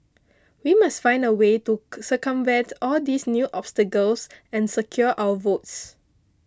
we must find a way to circumvent all these new obstacles and secure our votes